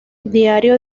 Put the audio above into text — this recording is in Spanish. diario